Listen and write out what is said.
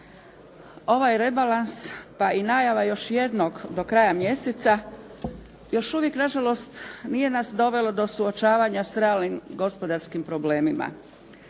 Ovaj rebalans pa i najava još jednog do kraja mjeseca, još uvijek na žalost nije nas dovelo do suočavanja s realnim gospodarskim problemima.